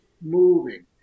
moving